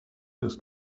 ist